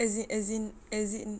as in as in as in